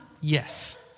Yes